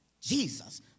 Jesus